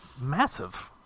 massive